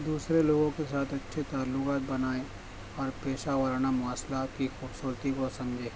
دوسرے لوگوں کے ساتھ اچّھے تعلقات بنایے اور پیشہ وارانہ مواصلات کی خوبصورتی کو سمجھے